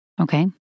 Okay